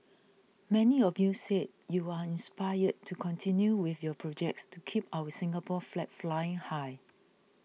many of you said you are inspired to continue with your projects to keep our Singapore flag flying high